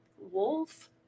Wolf